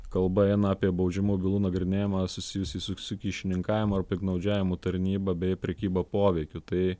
kalba eina apie baudžiamųjų bylų nagrinėjimą susijusį su su kyšininkavimu ar piktnaudžiavimu tarnyba bei prekyba poveikiu tai